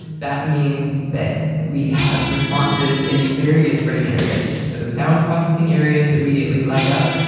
that means that we have responses in various brain areas. so, sound processing areas immediately light up.